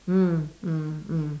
mm mm mm